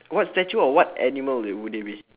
what statue of what animal would would it be